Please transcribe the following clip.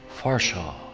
Farshaw